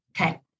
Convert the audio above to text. Okay